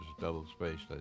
double-spaced